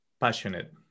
passionate